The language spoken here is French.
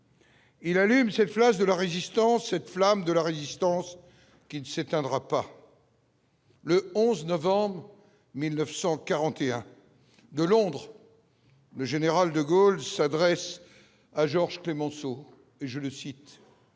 Il allume cette place de la Résistance, cette flamme de la Résistance qui ne s'éteindra pas. Le 11 novembre 1941 de Londres le général De Gaulle s'adresse à Georges Clémenceau et je le cite.